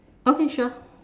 okay sure